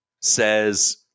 says